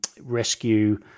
rescue